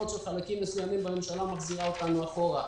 שהחלטות של חלקים מסוימים בממשלה מחזירות אותנו אחורה.